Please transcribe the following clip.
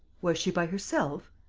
was she by herself?